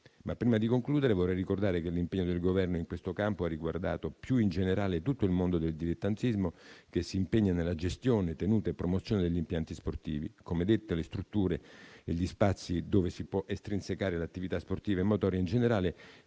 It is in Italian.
Prima di concludere vorrei ricordare che l'impegno del Governo in questo campo ha riguardato più in generale tutto il mondo del dilettantismo, che si impegna nella gestione, tenuta e promozione degli impianti sportivi. Come detto, le strutture e gli spazi dove si può estrinsecare l'attività sportiva e motoria in generale